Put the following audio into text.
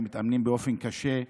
ומתאמנים קשה,